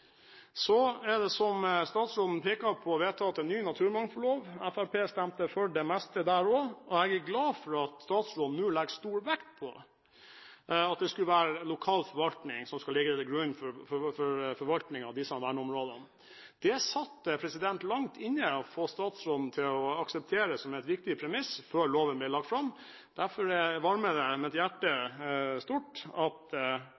Så er det som statsråden pekte på, vedtatt en ny naturmangfoldlov. Fremskrittspartiet stemte for det meste der også, og jeg er glad for at statsråden nå legger stor vekt på at lokal forvaltning skulle ligge til grunn for disse verneområdene. Det satt langt inne å få statsråden til å akseptere det som et viktig premiss før loven ble lagt fram. Derfor varmer det mitt hjerte stort at